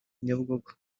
nyabugogo